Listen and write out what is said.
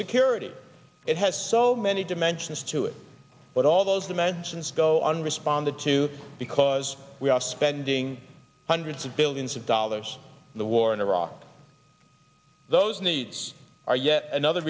security it has so many dimensions to it but all those dimensions go on responded to because we are spending hundreds of billions of dollars the war in iraq those needs are yet another